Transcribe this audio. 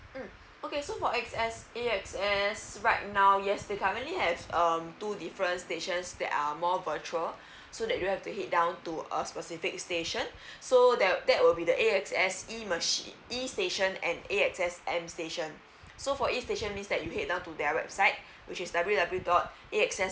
mm okay so for xs axs right now yes they commonly have um two different stations that are more virtual so that you have to head down to a uh specific station so that that will be the a axs e machine e station and axs m station so for each station is that you head down to their website which is w w w dot axs